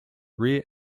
rear